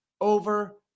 over